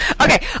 Okay